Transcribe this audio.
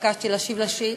נתבקשתי להשיב על שאילתה,